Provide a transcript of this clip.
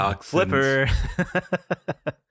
flipper